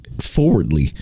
forwardly